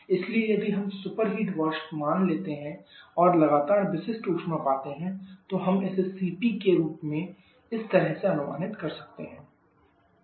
इसलिए यदि हम सुपरहीट वाष्प मान लेते हैं और लगातार विशिष्ट ऊष्मा पाते हैं तो हम इसे CP के रूप में इस तरह से अनुमानित कर सकते हैं CpvapT2 T2